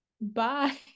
Bye